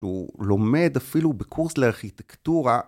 הוא לומד אפילו בקורס לארכיטקטורה